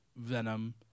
Venom